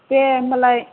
दे होमब्लालाय